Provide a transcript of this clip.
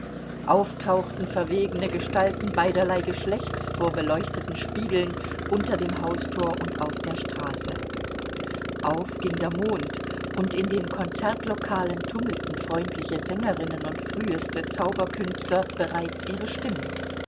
auftauchten verwegne gestalten beiderlei geschlechts vor beleuchteten spiegeln unter dem haustor und auf der straße auf ging der mond und in den konzertlokalen tummelten freundliche sängerinnen und früheste zauberkünstler bereits ihre stimmen